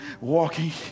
walking